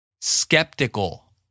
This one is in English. Skeptical